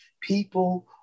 people